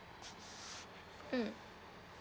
mm